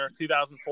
2004